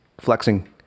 flexing